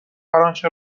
هرآنچه